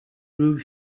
groove